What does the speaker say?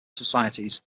societies